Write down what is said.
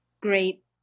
great